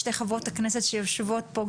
שתי חברות הכנסת שיושבות פה,